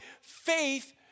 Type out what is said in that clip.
faith